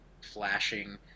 flashing